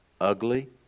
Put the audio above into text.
ugly